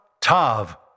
Tav